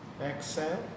exhale